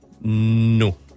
No